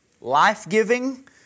life-giving